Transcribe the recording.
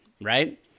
right